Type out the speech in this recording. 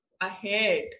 ahead